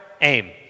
aim